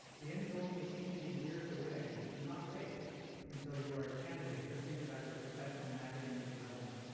the end goal may seem to be years away, but do not wait until you are a candidate to think about your professional and academic development.